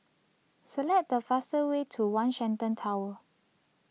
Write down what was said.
select the fastest way to one Shenton Tower